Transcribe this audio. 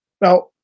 Now